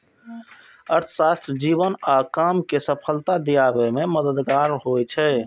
अर्थशास्त्र जीवन आ काम कें सफलता दियाबे मे मददगार होइ छै